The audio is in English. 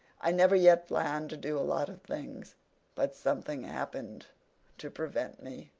i never yet planned to do a lot of things but something happened to prevent me.